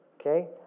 Okay